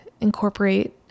incorporate